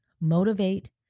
motivate